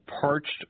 parched